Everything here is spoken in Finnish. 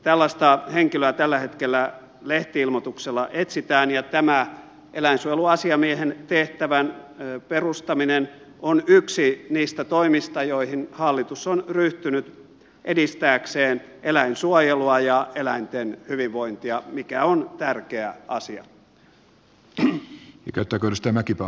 tällaista henkilöä tällä hetkellä lehti ilmoituksella etsitään ja tämä eläinsuojeluasiamiehen tehtävän perustaminen on yksi niistä toimista joihin hallitus on ryhtynyt edistääkseen eläinsuojelua ja eläinten hyvinvointia mikä on tärkeä asia